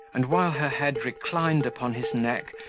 and while her head reclined upon his neck,